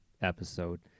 episode